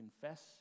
confess